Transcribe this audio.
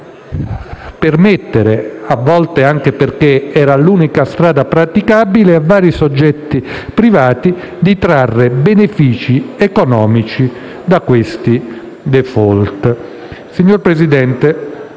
permettere - a volte anche perché era l'unica strada praticabile - a vari soggetti privati di trarre benefici economici da questi *default*. Signor Presidente,